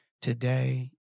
today